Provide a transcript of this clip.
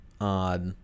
odd